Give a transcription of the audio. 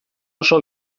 oso